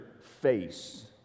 face